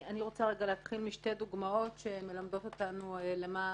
אני רוצה להתחיל משתי דוגמאות שמלמדות אותנו למה